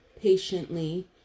patiently